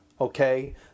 Okay